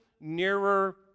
nearer